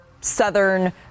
southern